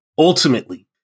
Ultimately